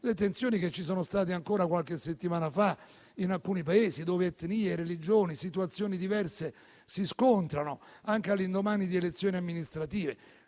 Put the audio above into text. le tensioni che ci sono state ancora qualche settimana fa in alcuni Paesi dove etnie, religioni, situazioni diverse si scontrano anche all'indomani di elezioni amministrative.